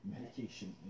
Medication